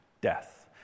death